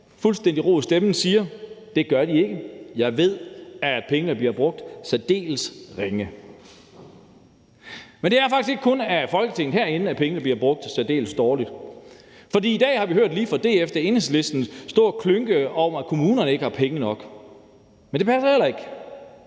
fuldstændig ro i stemmen sige: Det gør de ikke; jeg ved, at pengene bliver brugt særdeles ringe. Men det er faktisk ikke kun af Folketinget herinde, at pengene bliver brugt særdeles dårligt, for i dag har vi hørt lige fra DF til Enhedslisten stå og klynke over, at kommunerne ikke har penge nok, men det passer heller ikke.